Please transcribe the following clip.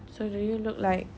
so do you look like